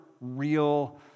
real